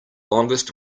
longest